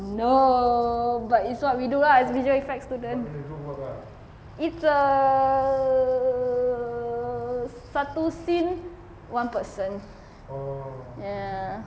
no but it's what we do lah it's visual effects students it's a satu scene one person ya